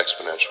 exponential